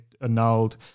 annulled